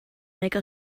make